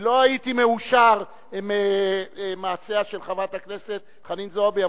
לא הייתי מאושר ממעשיה של חברת הכנסת חנין זועבי.